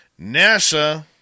NASA